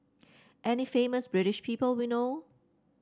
any famous British people we know